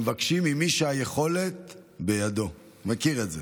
שמבקשים ממי שהיכולת בידו, אתה מכיר את זה.